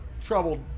troubled